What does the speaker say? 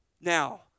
Now